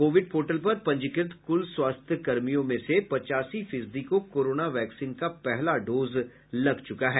Covid portal पर पंजीकृत कुल स्वास्थ्यकर्मियों में से पचासी फीसदी को कोरोना वैक्सीन का पहला डोज लग चुका है